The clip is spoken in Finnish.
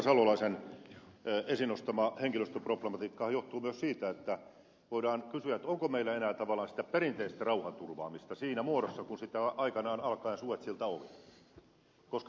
salolaisen esiin nostama henkilöstöproblematiikka johtuu myös siitä että voidaan kysyä onko meillä enää tavallaan sitä perinteistä rauhanturvaamista siinä muodossa kuin sitä aikanaan suezilta alkaen oli